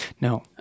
No